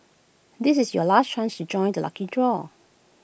this is your last chance to join the lucky draw